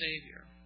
Savior